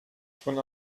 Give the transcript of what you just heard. von